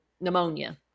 pneumonia